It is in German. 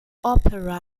opera